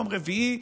יום רביעי,